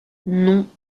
non